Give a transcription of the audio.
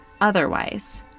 otherwise